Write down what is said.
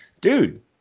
dude